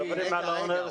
מדברים על האוניברסיטאות.